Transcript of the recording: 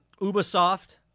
Ubisoft